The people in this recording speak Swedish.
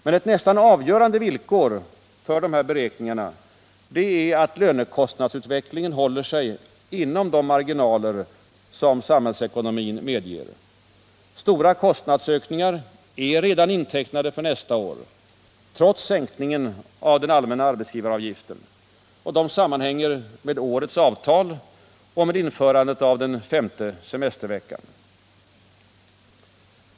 Ett nästan avgörande villkor för dessa beräkningar är att lönekostnadsutvecklingen håller sig inom de marginaler som samhällsekonomin medger. Stora kostnadsökningar är redan intecknade för nästa år — trots sänkningen av den allmänna arbetsgivaravgiften. De sammanhänger med årets avtal och med införandet av den femte semesterveckan.